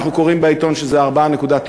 אנחנו קוראים בעיתון שזה 4.9,